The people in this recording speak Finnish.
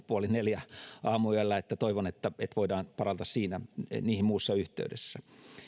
puoli neljä aamuyöllä että toivon että voidaan palata niihin muussa yhteydessä